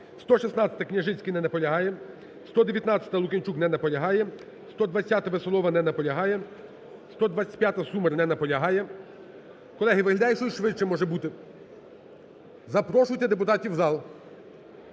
116-а, Княжицький. Не наполягає. 119-а, Лук'янчук. Не наполягає. 120-а, Веселова. Не наполягає. 125-а, Сюмар. Не наполягає. Колеги, виглядає, що і швидше може бути. Запрошуйте депутатів в зал.